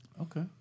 okay